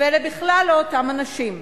ואלה בכלל לא אותם אנשים.